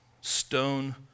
Stone